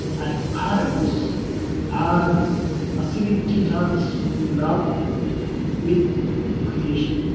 and parents are facilitators, with love with creation.